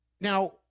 Now